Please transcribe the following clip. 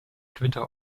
twitter